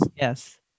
Yes